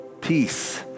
peace